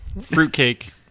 Fruitcake